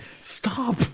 Stop